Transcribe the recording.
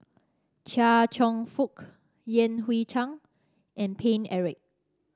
Chia Cheong Fook Yan Hui Chang and Paine Eric